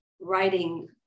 writing